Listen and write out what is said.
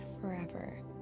forever